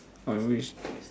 on which